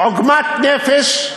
עוגמת נפש.